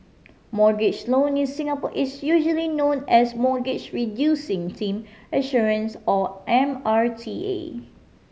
mortgage loan in Singapore is usually known as Mortgage Reducing Team Assurance or M R T A